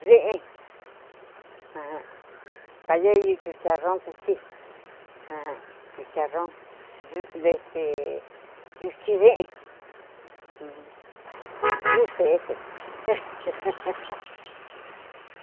De'en kayeiyu chicharron kugtyi ajan chicharron este yutyi de'en viuse ese.